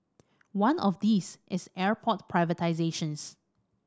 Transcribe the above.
one of these is airport privatisations